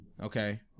Okay